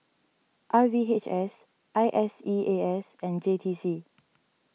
R V H S I S E A S and J T C